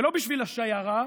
ולא בשביל השיירה,